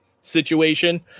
situation